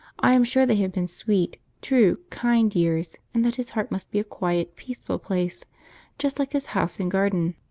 i am sure they have been sweet, true, kind years, and that his heart must be a quiet, peaceful place just like his house and garden.